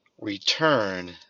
return